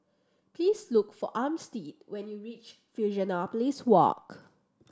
please look for Armstead when you reach Fusionopolis Walk